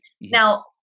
Now